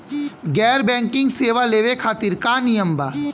गैर बैंकिंग सेवा लेवे खातिर का नियम बा?